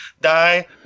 die